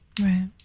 Right